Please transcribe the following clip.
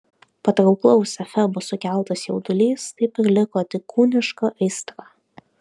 patrauklaus efebo sukeltas jaudulys taip ir liko tik kūniška aistra